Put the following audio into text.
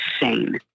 insane